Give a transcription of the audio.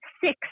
six